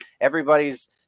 everybody's